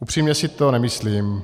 Upřímně si to nemyslím.